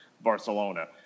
Barcelona